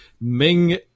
Ming